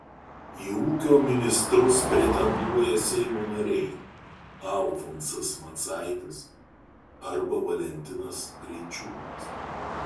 į ūkio ministrus pretenduoja seimo nariai alfonsas macaitis arba valentinas greičiūnas